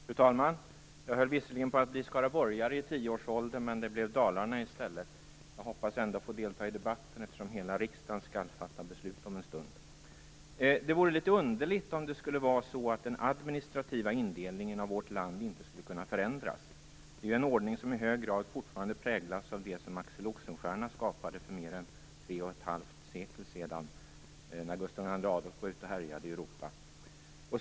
Fru talman! Jag höll på att bli skaraborgare i tioårsåldern, men jag kom till Dalarna i stället. Jag hoppas att jag ändå får delta i debatten, eftersom hela riksdagen skall fatta beslut om en stund. Det vore litet underligt om den administrativa indelningen av vårt land inte skulle kunna förändras. Det är ju en ordning som i hög grad fortfarande präglas av det som Axel Oxenstierna skapade för mer än tre och ett halvt sekel sedan när Gustav II Adolf var ute och härjade i Europa.